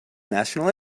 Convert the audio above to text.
national